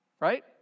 right